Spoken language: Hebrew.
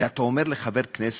ואתה אומר לחבר כנסת,